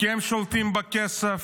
כי הם שולטים בכסף,